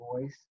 voice